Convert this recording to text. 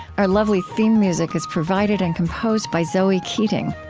our lovely theme music is provided and composed by zoe keating.